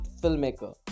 filmmaker